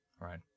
Right